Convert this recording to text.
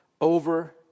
over